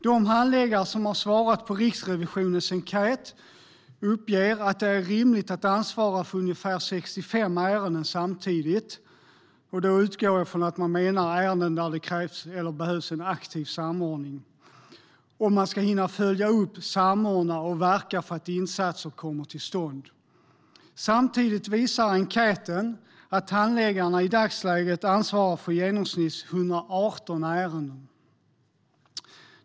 De handläggare som har svarat på Riksrevisionens enkät uppger att det är rimligt att ansvara för ungefär 65 ärenden samtidigt - och då utgår jag från att man menar ärenden där det krävs eller behövs en aktiv samordning - om man ska hinna följa upp, samordna och verka för att insatser kommer till stånd. Samtidigt visar enkäten att handläggarna i dagsläget ansvarar för i genomsnitt 118 ärenden.